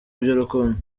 by’urukundo